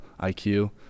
iq